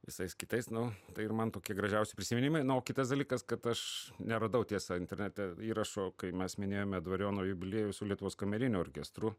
visais kitais nu tai ir man tokie gražiausi prisiminimai na o kitas dalykas kad aš neradau tiesa internete įrašo kai mes minėjome dvariono jubiliejų su lietuvos kameriniu orkestru